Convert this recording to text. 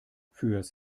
fürs